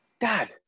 Dad